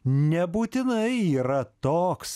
nebūtinai yra toks